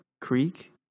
Creek